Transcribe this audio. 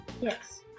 Yes